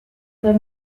pas